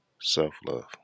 self-love